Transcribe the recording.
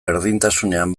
berdintasunean